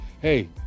Hey